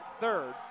third